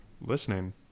listening